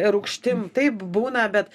rūgštim taip būna bet